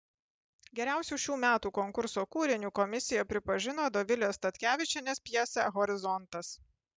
geriausiu šių metų konkurso kūriniu komisija pripažino dovilės statkevičienės pjesę horizontas